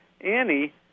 annie